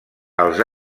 als